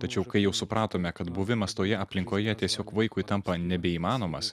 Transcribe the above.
tačiau kai jau supratome kad buvimas toje aplinkoje tiesiog vaikui tampa nebeįmanomas